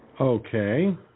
Okay